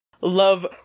love